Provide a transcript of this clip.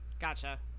Gotcha